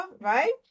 right